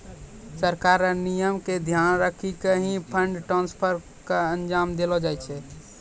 सरकार र नियम क ध्यान रखी क ही फंड ट्रांसफर क अंजाम देलो जाय छै